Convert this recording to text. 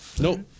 Nope